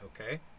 okay